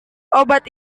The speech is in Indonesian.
obat